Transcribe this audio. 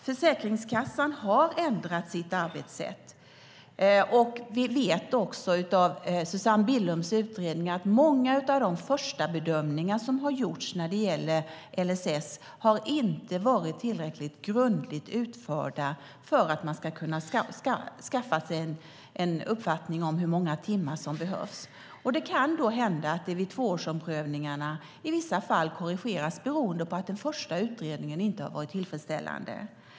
Försäkringskassan har ändrat sitt arbetssätt, och vi vet av Susanne Billums utredning att många av de förstabedömningar som har gjorts när det gäller LSS inte har varit tillräckligt grundligt utförda för att man ska kunna skaffa sig en uppfattning om hur många timmar som behövs. Det kan då hända att det vid tvåårsomprövningarna i vissa fall korrigeras, beroende på att den första utredningen inte har varit tillfredsställande.